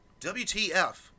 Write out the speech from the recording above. WTF